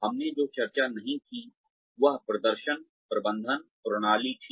हमने जो चर्चा नहीं की वह प्रदर्शन प्रबंधन प्रणाली थी